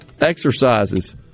exercises